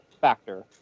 factor